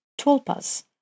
tulpas